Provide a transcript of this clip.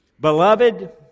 Beloved